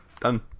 done